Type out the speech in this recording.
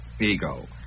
ego